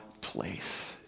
place